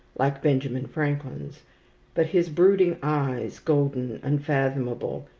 like benjamin franklin's but his brooding eyes, golden, unfathomable,